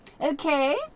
Okay